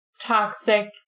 toxic